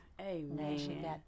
Amen